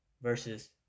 versus